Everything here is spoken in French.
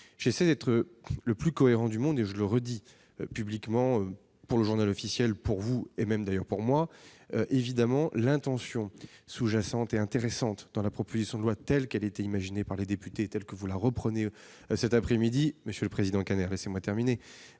j'essaie d'être le plus cohérent du monde et je le redis publiquement pour le journal officiel pour vous et même d'ailleurs pour moi évidemment l'intention sous-jacente est intéressante dans la proposition de loi telle qu'elle a été imaginée par les députés, telle que vous la reprenez cet après-midi monsieur le Président Canet récemment terminé